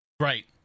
Right